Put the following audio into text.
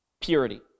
purity